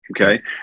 Okay